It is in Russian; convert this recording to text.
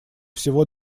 всего